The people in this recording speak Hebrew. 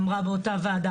אמרה באותה וועדה,